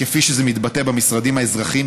כפי שזה מתבטא במשרדים האזרחיים,